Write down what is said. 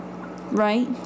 Right